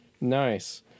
Nice